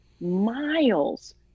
miles